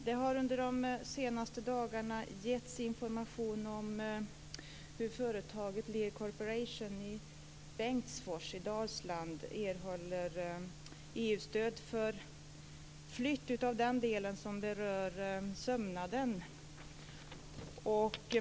Det har under de senaste dagarna getts information om hur företaget Lear Corporation i Bengtsfors i Dalsland erhåller EU-stöd för flytt av den del som berör sömnaden.